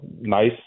nice